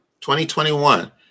2021